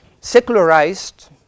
Secularized